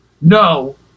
No